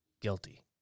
guilty